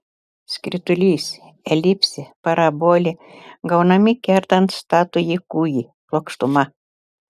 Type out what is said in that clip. skritulys elipsė parabolė gaunami kertant statųjį kūgį plokštuma